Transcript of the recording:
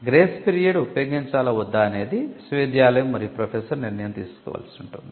grace period ఉపయోగించాలా వద్దా అనేది విశ్వవిద్యాలయం మరియు ప్రొఫెసర్ నిర్ణయం తీసుకోవలసి ఉంటుంది